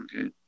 Okay